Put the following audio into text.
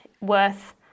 worth